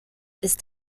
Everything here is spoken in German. ist